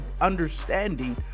understanding